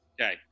okay